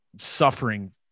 suffering